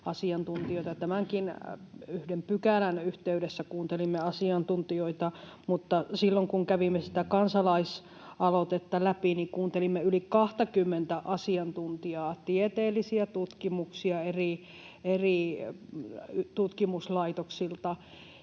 Tämän yhdenkin pykälän yhteydessä kuuntelimme asiantuntijoita, ja silloin kun kävimme sitä kansalaisaloitetta läpi, niin kuuntelimme yli 20:ta asiantuntijaa, oli tieteellisiä tutkimuksia eri tutkimuslaitoksilta.